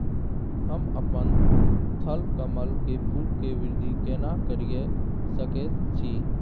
हम अपन थलकमल के फूल के वृद्धि केना करिये सकेत छी?